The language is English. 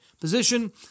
position